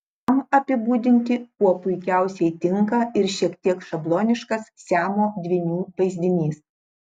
jam apibūdinti kuo puikiausiai tinka ir šiek tiek šabloniškas siamo dvynių vaizdinys